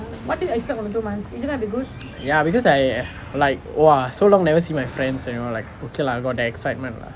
ya because I like !wah! so long never see my friends you know like okay lah got the excitement lah